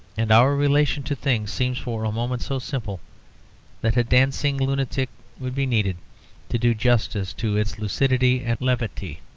and our relation to things seems for a moment so simple that a dancing lunatic would be needed to do justice to its lucidity and levity.